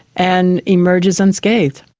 and emerges unscathed.